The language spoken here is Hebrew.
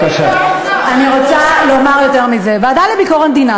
אדוני היושב-ראש, מגיעה לה תוספת זמן.